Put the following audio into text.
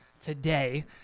today